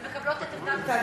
ומקבלות את עמדת השר,